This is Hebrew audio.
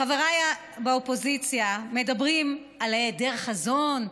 חבריי באופוזיציה מדברים על היעדר חזון,